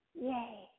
Yay